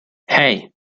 hey